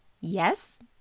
Yes